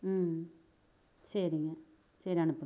ம் சரிங்க சரி அனுப்புங்கள்